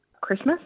Christmas